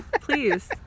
please